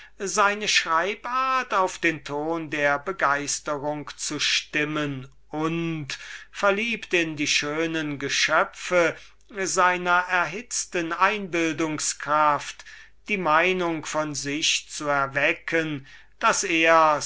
seine schreibart auf den ton der begeisterung zu stimmen und verliebt in die schönen geschöpfe seiner erhitzten einbildungskraft die meinung von sich zu erwecken daß ers